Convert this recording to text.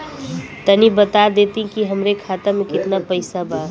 तनि बता देती की हमरे खाता में कितना पैसा बा?